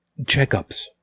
checkups